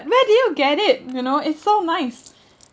where did you get it you know it's so nice